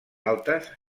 altes